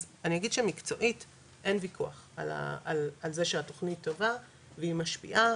אז אני אגיד שמקצועית אין וויכוח על זה שהתוכנית טובה והיא משפיעה